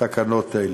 תקנות אלו.